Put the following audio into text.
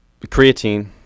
creatine